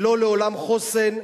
שלא לעולם חוסן,